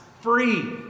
free